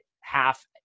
half